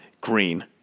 Green